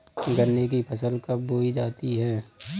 गन्ने की फसल कब बोई जाती है?